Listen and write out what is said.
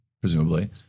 presumably